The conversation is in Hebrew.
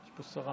יש פה שרה.